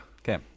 Okay